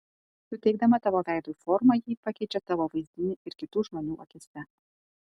suteikdama tavo veidui formą ji pakeičia tavo vaizdinį ir kitų žmonių akyse